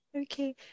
Okay